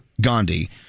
Gandhi